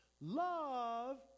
Love